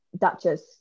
Duchess